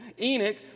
Enoch